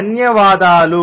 ధన్యవాదాలు